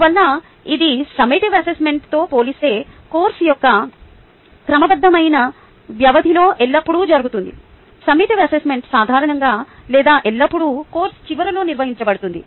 అందువల్ల ఇది సమ్మటివ్ అసెస్మెంట్తో పోలిస్తే కోర్సు యొక్క క్రమబద్ధమైన వ్యవధిలో ఎల్లప్పుడూ జరుగుతుంది సమ్మటివ్ అసెస్మెంట్ సాధారణంగా లేదా ఎల్లప్పుడూ కోర్సు చివరిలో నిర్వహించబడుతుంది